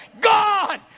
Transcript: God